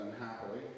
unhappily